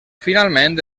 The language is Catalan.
finalment